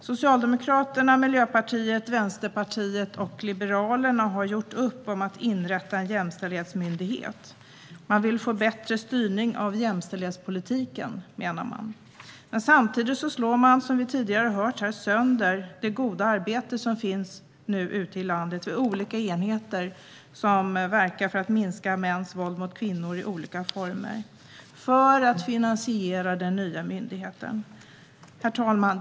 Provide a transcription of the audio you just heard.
Socialdemokraterna, Miljöpartiet, Vänsterpartiet och Liberalerna har gjort upp om att inrätta en jämställdhetsmyndighet. Man vill få en bättre styrning av jämställdhetspolitiken, menar man. Men samtidigt slår man, som vi har hört tidigare, sönder det goda arbete som finns ute i landet vid olika enheter som verkar för att minska mäns våld mot kvinnor i olika former. Detta gör man för att finansiera den nya myndigheten. Herr talman!